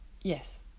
yes